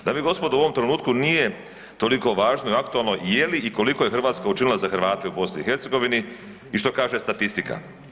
Dame i gospodo, u ovom trenutku nije toliko važno i aktualno je li i koliko je Hrvatska učinila za Hrvate u BiH i što kaže statistika.